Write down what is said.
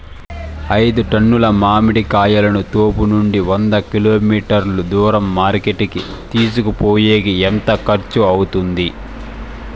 ఐదు టన్నుల మామిడి కాయలను తోపునుండి వంద కిలోమీటర్లు దూరం మార్కెట్ కి తీసుకొనిపోయేకి ఎంత ఖర్చు అవుతుంది?